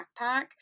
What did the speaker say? backpack